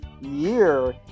year